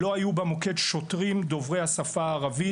לא היו במוקד שוטרים דוברי השפה הערבית.